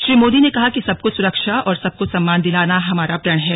श्री मोदी ने कहा कि सबको सुरक्षा और सबको सम्मान दिलाना हमारा प्रण हैं